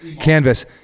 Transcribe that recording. canvas